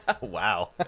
wow